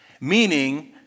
Meaning